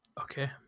Okay